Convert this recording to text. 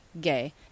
gay